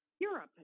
Europe